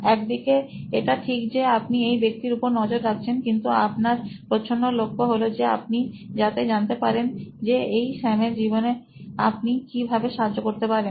একদিকে এটা ঠিক যে আপনি এই ব্যক্তির উপর নজর রাখছেন কিন্তু আপনার প্রচ্ছন্ন লক্ষ্য হল যে আপনি যাতে জানতে পারেন যে এই স্যামের জীবনে আপনি কি ভাবে সাহায্য করতে পারেন